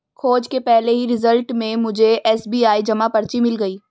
खोज के पहले ही रिजल्ट में मुझे एस.बी.आई जमा पर्ची मिल गई